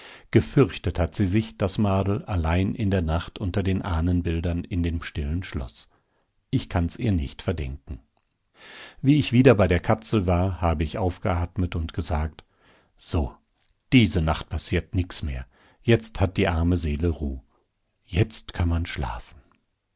gefürchtet hat sie sich das madel allein in der nacht unter den ahnenbildern in dem stillen schloß ich kann's ihr nicht verdenken wie ich wieder bei der katzel war habe ich aufgeatmet und gesagt so diese nacht passiert nix mehr jetzt hat die arme seele ruh jetzt kann man schlafen